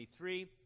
23